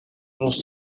nous